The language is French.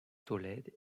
tolède